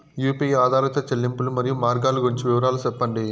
UPI ఆధారిత చెల్లింపులు, మరియు మార్గాలు గురించి వివరాలు సెప్పండి?